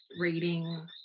reading